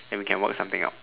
then we can work something out